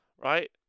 Right